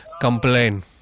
complain